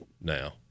now